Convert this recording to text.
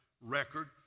record